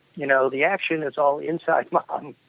you know, the action is all inside mom.